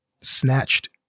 snatched